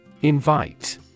Invite